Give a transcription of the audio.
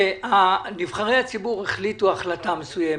נבחרי הציבור החליטו החלטה מסוימת,